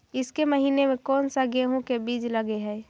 ईसके महीने मे कोन सा गेहूं के बीज लगे है?